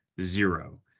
zero